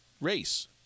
race